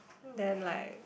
I don't know why